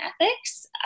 ethics